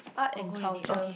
art and culture